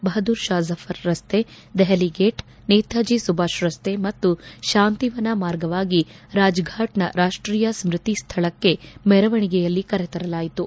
ಬಹದ್ಗೂರ್ ಷಾ ಜಫರ್ ರಸ್ತೆ ದೆಹಲಿ ಗೇಟ್ ನೇತಾಜಿ ಸುಭಾಷ್ ರಸ್ತೆ ಮತ್ತು ತಾಂತಿವನ ಮಾರ್ಗವಾಗಿ ರಾಜ್ಫಾಟ್ನ ರಾಷ್ಲೀಯ ಸ್ನತಿ ಸ್ವಳಕ್ಷೆ ಮೆರವಣಿಗೆಯಲ್ಲಿ ಕರೆತರಲಾಯಿತು